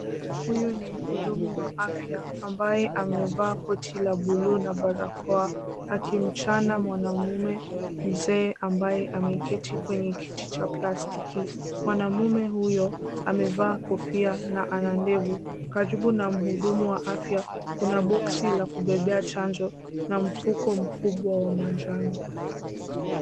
Huyu ni mhudumu wa afya ambaye amevaa koti la buluu na barakoa, akimchana mwanamume mzee ambaye ameketi kwenye kiti cha plastiki. Mwanamume huyo amevaa kofia na ana ndevu. Karibu na mhudumu wa afya kuna boksi la kubebea chanjo na mfuko mkubwa wa manjano.